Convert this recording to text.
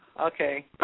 Okay